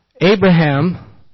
Abraham